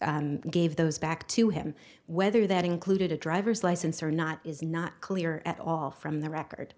gave those back to him whether that included a driver's license or not is not clear at all from the